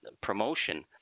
promotion